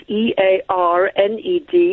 earned